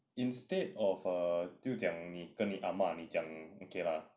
instead of err 就讲你跟你阿嫲你讲 okay lah